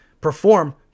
perform